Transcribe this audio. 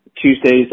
Tuesday's